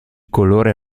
colore